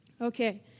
Okay